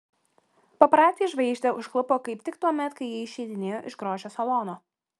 paparaciai žvaigždę užklupo kaip tik tuomet kai ji išeidinėjo iš grožio salono